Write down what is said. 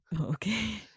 Okay